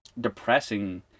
depressing